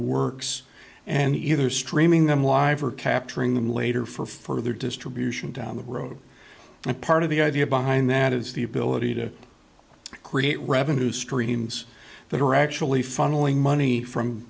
works and either streaming them live or capturing them later for further distribution down the road and part of the idea behind that is the ability to create revenue streams that are actually funneling money from